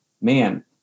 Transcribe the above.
man